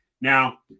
Now